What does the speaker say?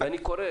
אני קורא